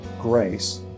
grace